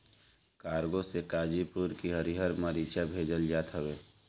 cargo से गाजीपुर के हरिहर मारीचा भेजल जात हवे